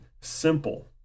simple